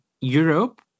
Europe